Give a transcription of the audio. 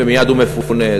ומייד הוא מפונה.